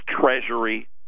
Treasury